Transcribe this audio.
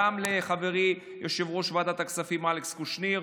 וגם לחברי יושב-ראש ועדת הכספים אלכס קושניר,